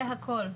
זה הכל.